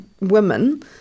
women